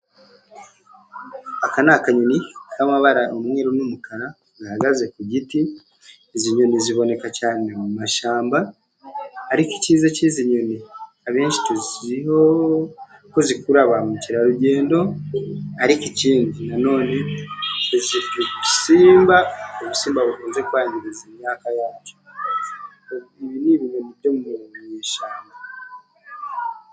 Aka ni akanyoni k'amabara umweru n'umukara, gahagaze ku giti. Izi nyoni ziboneka cyane mu mashyamba ariko icyiza cy'izi nyoni abenshi tuziho ko zikurura ba mukerarugendo. Ariko ikindi na none zirya udusimba, ibisimba bikunze kwangiza imyaka yacu. ibi ni ibinyoni byo mu ishyamba.